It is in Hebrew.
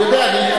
אני יודע.